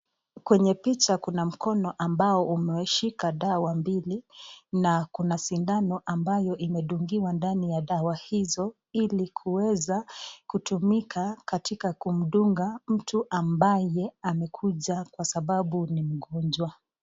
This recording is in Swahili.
Kwenye picha kuna mkono ambao umeshika dawa mbili na kuna sindano ambayo imedungiwa ndani ya dawa hizo ili kuweza kutumika katika kumdunga mtu ambaye amekuja kwa sababu ni mgonjwa.